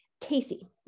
Casey